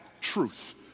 truth